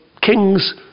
kings